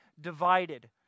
divided